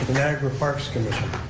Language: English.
niagara parks commission.